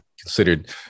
considered